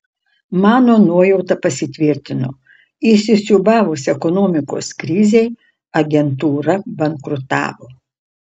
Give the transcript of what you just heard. mano nuojauta pasitvirtino įsisiūbavus ekonomikos krizei agentūra bankrutavo